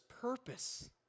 purpose